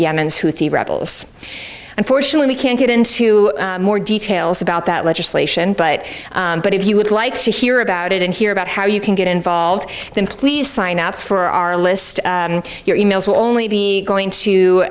rebels unfortunately can't get into more details about that legislation but but if you would like to hear about it and hear about how you can get involved then please sign up for our list and your e mails will only be going to